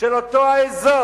של אותו האזור,